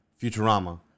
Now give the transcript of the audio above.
Futurama